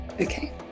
Okay